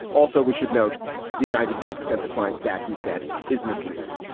also, we should note the ninety five percent decline stat he said is misleading.